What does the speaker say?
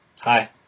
Hi